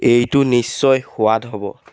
এইটো নিশ্চয় সোৱাদ হ'ব